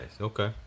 Okay